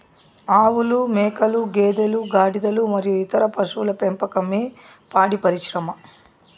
ఆవులు, మేకలు, గేదెలు, గాడిదలు మరియు ఇతర పశువుల పెంపకమే పాడి పరిశ్రమ